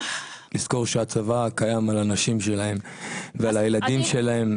לזכור שהצבא קיים על הנשים שלהם ועל הילדים שלהם